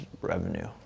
revenue